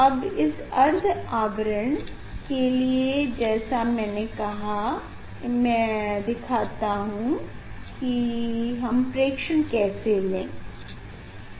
अब इस अर्ध आवरण के लिए जैसा मैने कहा मैं दिखाता हूँ की हम प्रेक्षण कैसे लें